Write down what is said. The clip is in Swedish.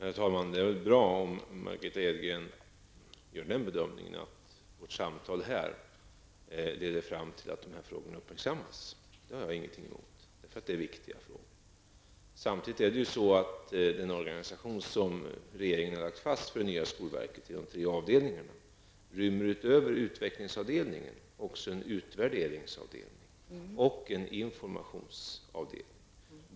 Herr talman! Det är bra om Margitta Edgren gör den bedömningen att vårt samtal här leder fram till att dessa frågor uppmärksammas. Det har jag ingenting emot. Det är viktiga frågor. Det är samtidigt så att den organisation som regeringen har lagt fast för det nya skolverket inrymmer tre avdelningar. Utöver utvecklingsavdelningen finns det även en utvärderingsavdelning och en informationsavdelning.